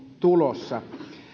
tulossa